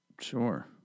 sure